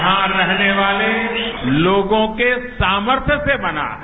यहां रहने वाले लोगों के सार्मथ्य से बना है